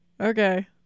Okay